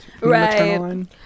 Right